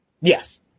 Yes